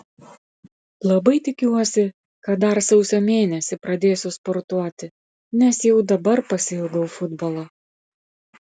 labai tikiuosi kad dar sausio mėnesį pradėsiu sportuoti nes jau dabar pasiilgau futbolo